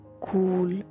cool